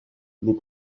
les